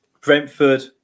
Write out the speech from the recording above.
Brentford